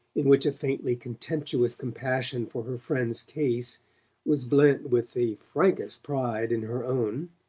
in which a faintly contemptuous compassion for her friend's case was blent with the frankest pride in her own,